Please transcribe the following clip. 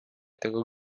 tego